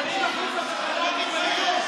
אתה לא מתבייש?